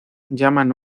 llaman